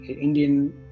indian